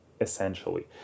essentially